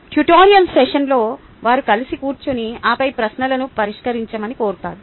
tutorial సెషన్లో వారు కలిసి కూర్చుని ఆపై ప్రశ్నలను పరిష్కరించమని కోరతారు